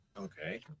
Okay